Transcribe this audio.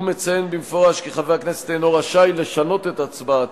ומציין במפורש כי חבר הכנסת אינו רשאי לשנות את הצבעתו